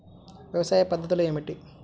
వ్యవసాయ పద్ధతులు ఏమిటి?